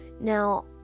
Now